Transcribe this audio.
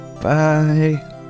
Bye